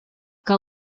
que